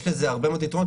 יש לזה הרבה מאוד יתרונות,